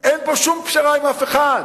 אין פה שום פשרה עם אף אחד.